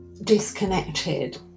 disconnected